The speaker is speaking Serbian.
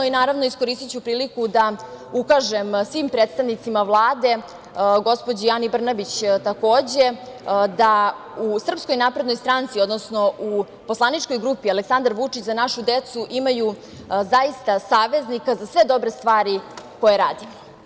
Naravno, iskoristiću priliku da ukažem svim predstavnicima Vlade, gospođi Ani Brnabić, takođe, da u SNS, odnosno u poslaničkoj grupi Aleksandar Vučić – Za našu decu imaju zaista saveznika za sve dobre stvari koje radimo.